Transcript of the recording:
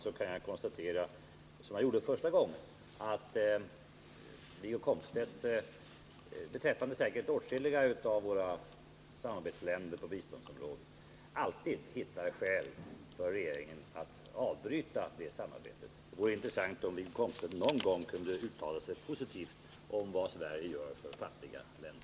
F. ö. kan jag konstatera — som jag gjorde tidigare — att Wiggo Komstedt när det gäller åtskilliga av våra samarbetsländer på biståndsområdet alltid kan hitta skäl för regeringen att avbryta samarbetet. Det vore intressant om Wiggo Komstedt någon gång kunde uttala sig positivt om vad Sverige gör för fattiga länder.